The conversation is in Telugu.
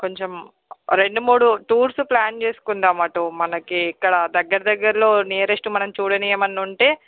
కొంచెం రెండు మూడు టూర్స్ ప్లాన్ చేసుకుందాము అటు మనకి ఇక్కడ దగ్గర దగ్గరలో నియరెస్ట్ మనం చుడనివి ఏమైనా ఉంటే